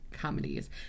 comedies